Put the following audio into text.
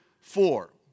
four